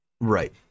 Right